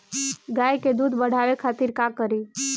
गाय के दूध बढ़ावे खातिर का करी?